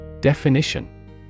Definition